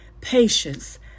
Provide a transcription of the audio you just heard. patience